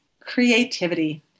creativity